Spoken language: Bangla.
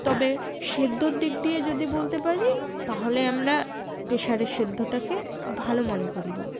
তবে সেদ্ধর দিক দিয়ে যদি বলতে পারি তাহলে আমরা প্রেশারে সেদ্ধটাকে ভালো মনে করব